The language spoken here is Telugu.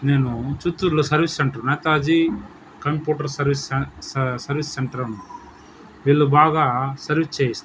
నేను చిత్తూరులో service centre Netaji computer service centre service centre ఉంది వీళ్ళు బాగా సర్వీస్ చేయిస్తారు